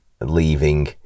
leaving